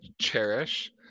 cherish